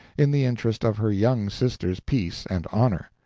in the interest of her young sister's peace and honor.